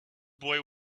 boy